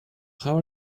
how